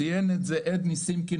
ציין את זה עדני סימקין,